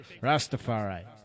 Rastafari